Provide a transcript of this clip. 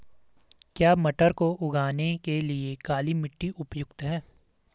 क्या मटर को उगाने के लिए काली मिट्टी उपयुक्त है?